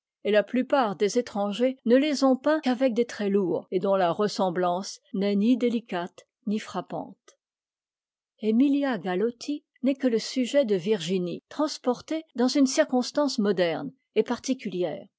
et la plupart des étrangers ne les ont peints qu'avec des traits lourds et dont la ressemblance n'est ni délicate ni frappante émilia galotti n'est que le sujet de virginie transporté dans une circonstance moderne et particulière